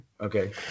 Okay